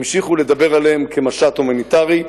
המשיכו לדבר עליהם כמשט הומניטרי,